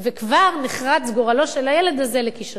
וכבר נחרץ גורלו של הילד הזה לכישלון.